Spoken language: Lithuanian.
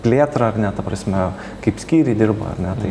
plėtrą ar ne ta prasme kaip skyriai dirba ar ne tai